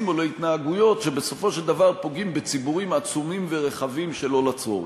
או להתנהגויות שבסופו של דבר פוגעים בציבורים עצומים ורחבים שלא לצורך.